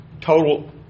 total